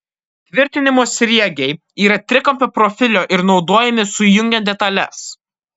tvirtinimo sriegiai yra trikampio profilio ir naudojami sujungiant detales